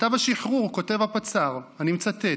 בכתב השחרור כתב הפצ"ר, אני מצטט: